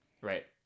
right